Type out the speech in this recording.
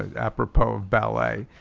a pupil of ballet.